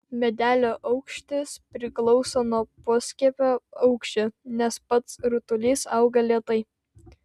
medelio aukštis priklauso nuo poskiepio aukščio nes pats rutulys auga lėtai